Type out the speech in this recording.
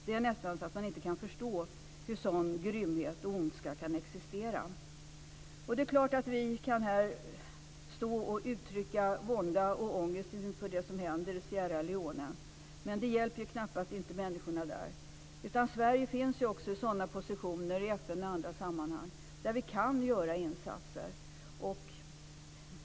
Det är nästan så att man kan inte kan förstå hur sådan grymhet och ondska kan existera. Det är klart att vi här kan stå och uttrycka vånda och ångest inför det som händer i Sierra Leone, men det hjälper knappast människorna där. Sverige finns ju i sådana positioner, i FN och andra sammanhang, där det går att göra insatser.